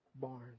barn